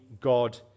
God